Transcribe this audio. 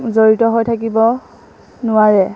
জড়িত হৈ থাকিব নোৱাৰে